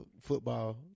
football